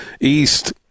East